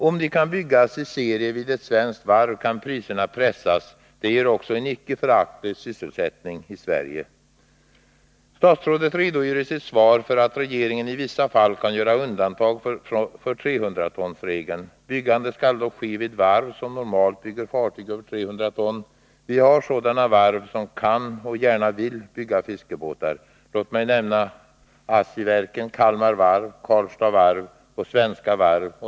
Om de kan byggas i serie vid ett svenskt varv kan priserna pressas. Det ger också en icke föraktlig sysselsättning i Sverige. Statsrådet redogör i sitt svar för att regeringen i vissa fall kan göra undantag för 300-tonsregeln. Byggandet skall då ske vid varv som normalt bygger fartyg över 300 ton. Vi har sådana varv som kan och gärna vill bygga fiskebåtar. Låt mig nämna Åsiverken, Kalmar Varv, Karlstads Varv och Svenska Varv.